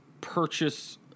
purchase